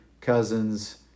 cousins